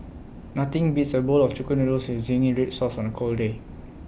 nothing beats A bowl of Chicken Noodles with Zingy Red Sauce on A cold day